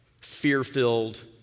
fear-filled